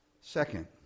Second